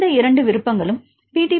இந்த இரண்டு விருப்பங்களும் பி